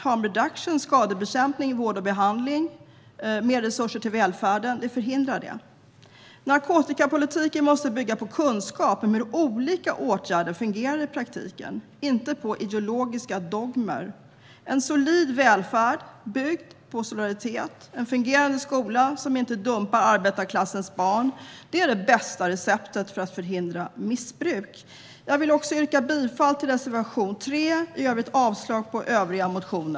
Harm reduction, skadebekämpning, vård och behandling och mer resurser till välfärden förhindrar det. Narkotikapolitiken måste bygga på kunskap om hur olika åtgärder fungerar i praktiken, inte på ideologiska dogmer. En solid välfärd, byggd på solidaritet, och en fungerande skola som inte dumpar arbetarklassens barn är det bästa receptet för att förhindra missbruk. Jag vill yrka bifall till reservation 3.